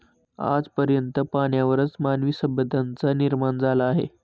आज पर्यंत पाण्यावरच मानवी सभ्यतांचा निर्माण झाला आहे